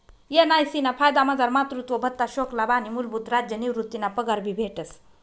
NIC ना फायदामझार मातृत्व भत्ता, शोकलाभ आणि मूलभूत राज्य निवृतीना पगार भी भेटस